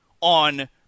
on